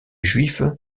juif